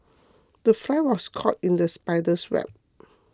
the fly was caught in the spider's web